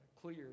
clear